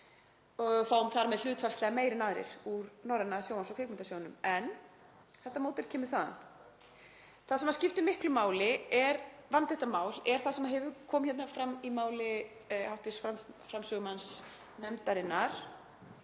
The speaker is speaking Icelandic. og fáum þar með hlutfallslega meira en aðrir úr Norræna sjónvarps- og kvikmyndasjóðnum. En þetta módel kemur þaðan. Það sem skiptir miklu máli varðandi þetta mál er það sem hefur komið fram í máli hv. framsögumanns nefndarinnar,